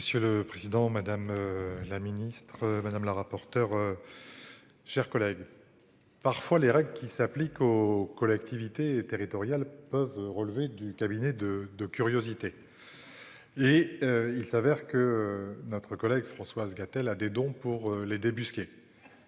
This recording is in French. Monsieur le président, madame la ministre madame la rapporteure. Chers collègues. Parfois les règles qui s'appliquent aux collectivités territoriales peuvent relever du cabinet de de curiosité. Et il s'avère que notre collègue Françoise Gatel à des dons pour les débusquer.